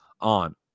on